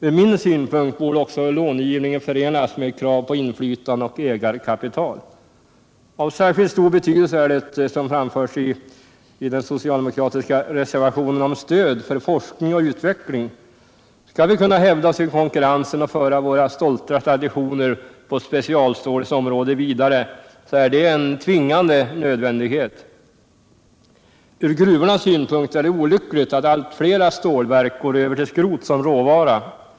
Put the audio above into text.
Från min synpunkt borde också långivningen förenas med krav på inflytande och ägarkapital. Av särskilt stor betydelse är det som framförs i den socialdemokratiska reservationen om stöd för forskning och utveckling. Skall vi kunna hävda oss i konkurrensen och föra våra stolta traditioner på specialstålets område vidare är det stödet en tvingande nödvändighet. Från gruvornas synpunkt är det olyckligt att allt flera stålverk går över till skrot som råvara.